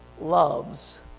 loves